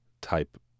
type